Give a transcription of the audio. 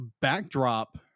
backdrop